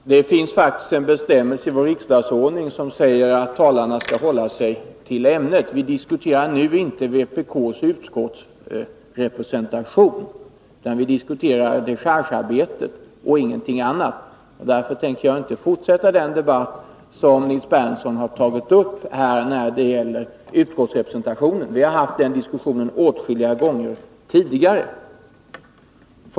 Herr talman! Det finns faktiskt en bestämmelse i vår riksdagsordning som säger att talarna skall hålla sig till ämnet. Nu diskuterar vi inte vpk:s utskottsrepresentation, utan dechargearbetet och ingenting annat. Därför tänker jag inte fortsätta den debatt om utskottsrepresentationen som Nils Berndtson här har tagit upp. Vi har haft den diskussionen åtskilliga gånger tidigare.